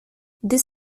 this